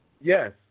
Yes